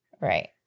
Right